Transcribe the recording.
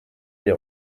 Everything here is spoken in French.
les